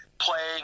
playing